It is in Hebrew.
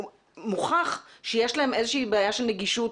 שמוכח שיש להם איזושהי בעיה של נגישות,